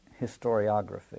historiography